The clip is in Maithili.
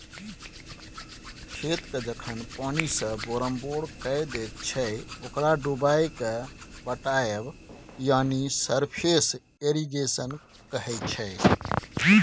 खेतकेँ जखन पानिसँ बोरमबोर कए दैत छै ओकरा डुबाएकेँ पटाएब यानी सरफेस इरिगेशन कहय छै